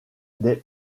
des